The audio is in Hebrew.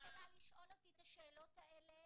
עמותת 'ענב' לא יכולה לשאול אותי את השאלות האלה.